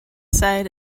side